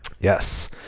Yes